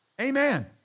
Amen